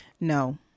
no